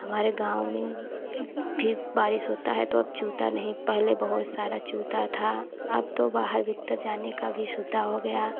हमारे गाँव में फ़िर बारिश होता है तो अब चूता नहीं हैं पहले बहुत सारा चूता था अब तो बाहर भीतर जाने का भी छुतहा हो गया